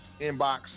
inbox